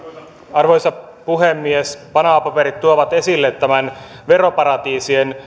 arvoisa puhemies panama paperit tuovat esille tämän veroparatiisien